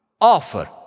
offer